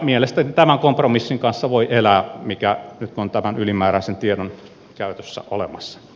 mielestäni tämän kompromissin kanssa voi elää mikä nyt on tämän ylimääräisen tiedon käytössä olemassa